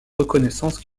reconnaissance